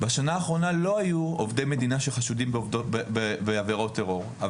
בשנה האחרונה לא היו עובדי מדינה שחשודים בעבירות טרור.